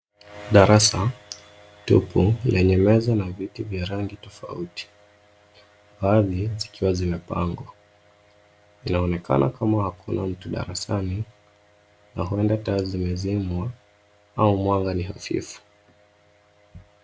Darasa tupu lenye meza na viti vya rangi tofauti .Baadhi zikiwa Zimepangwa .Inaonekana kama hakuna mtu darasani na huenda taa zimezimwa au mwanga ni hafifu.